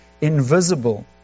invisible